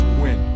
win